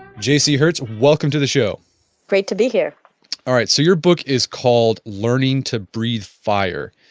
j c. herz, welcome to the show great to be here all right. so your book is called learning to breathe fire.